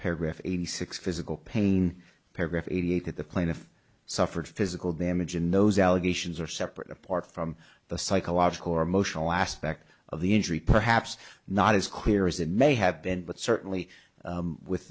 paragraph eighty six physical pain paragraph eighty eight that the plaintiff suffered physical damage in those allegations are separate apart from the psychological or emotional aspect of the injury perhaps not as clear as it may have been but certainly with